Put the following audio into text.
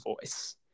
voice